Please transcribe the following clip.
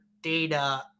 data